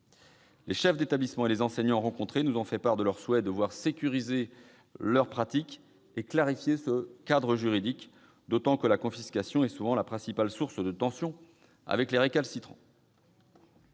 Les chefs d'établissement et les enseignants rencontrés nous ont fait part de leur souhait de voir sécurisées leurs pratiques et clarifié ce cadre juridique, d'autant que la confiscation est souvent la principale source de tension avec les récalcitrants.